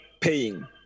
paying